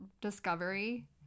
discovery